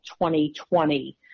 2020